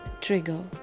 trigger